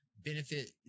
Benefit